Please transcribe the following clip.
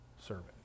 servant